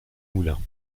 moulins